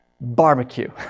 barbecue